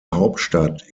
hauptstadt